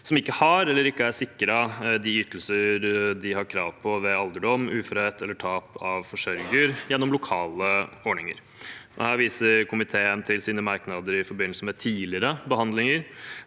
som ikke har eller ikke er sikret de ytelser de har krav på ved alderdom, uførhet eller tap av forsørger, gjennom lokale ordninger. Her viser komiteen til sine merknader i forbindelse med tidligere behandlinger